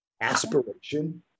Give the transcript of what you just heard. aspiration